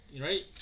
right